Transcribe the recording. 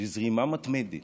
בזרימה מתמדת